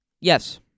yes